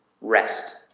rest